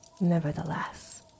Nevertheless